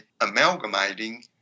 amalgamating